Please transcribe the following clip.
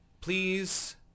please